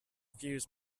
fuse